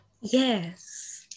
Yes